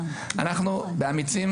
אנחנו ב"אמיצים"